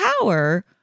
power